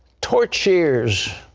torchieres.